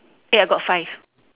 eh I got five